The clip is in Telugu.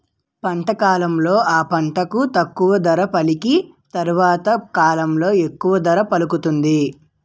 పంట కాలంలో ఆ పంటకు తక్కువ ధర పలికి తరవాత కాలంలో ఎక్కువ ధర పలుకుతుంది